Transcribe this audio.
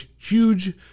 huge